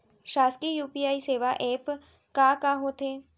शासकीय यू.पी.आई सेवा एप का का होथे?